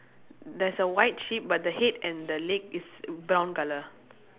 there's a white sheep but the head and the leg is brown colour